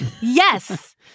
Yes